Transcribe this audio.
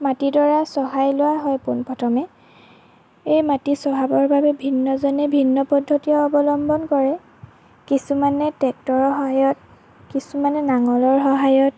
মাটি দৰা চহাই লোৱা হয় পোন প্ৰথমে এই মাটি চহাবৰ বাবে ভিন্নজনে ভিন্ন পদ্ধতি অৱলম্বন কৰে কিছুমানে টেক্টৰৰ সহায়ত কিছুমানে নাঙলৰ সহায়ত